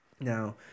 Now